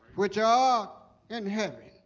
which art in heaven